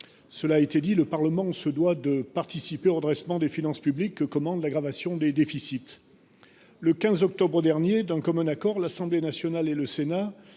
Cigolotti. Le Parlement doit participer au redressement des finances publiques que commande l’aggravation des déficits. Le 15 octobre dernier, d’un commun accord, l’Assemblée nationale et le Sénat